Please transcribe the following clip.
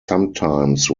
sometimes